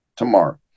tomorrow